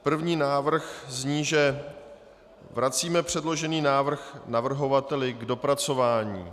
První návrh zní, že vracíme předložený návrh navrhovateli k dopracování.